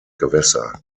gewässer